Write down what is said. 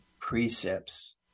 precepts